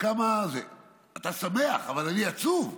אתה שמח, אבל אני עצוב.